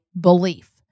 belief